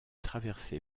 traversée